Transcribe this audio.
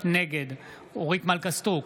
נגד אורית מלכה סטרוק,